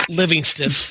livingston